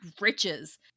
riches